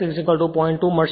2 મળશે